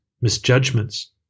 misjudgments